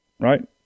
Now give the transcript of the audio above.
Right